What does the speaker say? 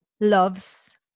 loves